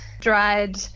dried